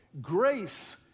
Grace